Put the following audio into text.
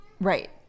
Right